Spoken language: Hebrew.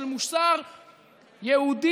של מוסר יהודי,